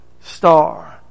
star